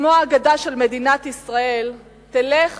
כמו האגדה של מדינת ישראל, תלך